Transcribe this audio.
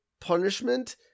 punishment